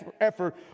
effort